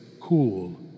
cool